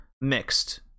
mixed